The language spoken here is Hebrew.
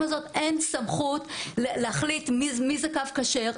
הזאת אין סמכות להחליט מי זה קו כשר,